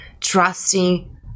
trusting